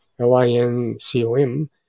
L-I-N-C-O-M